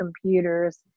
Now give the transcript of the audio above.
computers